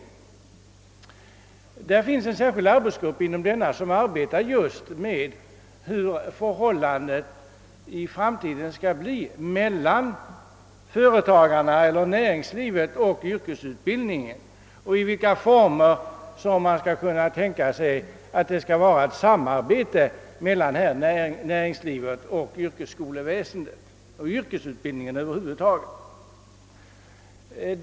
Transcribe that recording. Inom denna beredning finns det en särskild arbetsgrupp som arbetar just med frågan om det framtida förhållandet mellan näringslivet och yrkesutbildningen och frågan om vilka former man kan tänka sig för ett samarbete mellan näringslivet och yrkesskolväsendet.